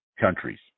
countries